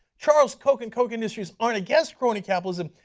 charles koch and koch industries are not against crony capitalism,